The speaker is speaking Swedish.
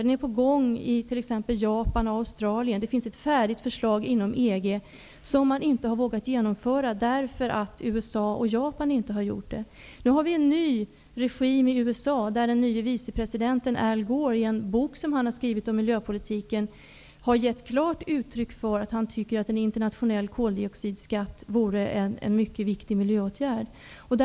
Ett införande är på gång i t.ex. Japan och Australien. Inom EG finns ett färdigt förslag som man inte har vågat genomföra därför att USA och Japan inte har genomfört något sådant. Det är nu en ny regim i USA, där den nye vicepresidenten Al Gore har skrivit en bok om miljöpolitiken där han klart gett uttryck för att en internationell koldioxidskatt skulle vara en mycket viktig miljöåtgärd.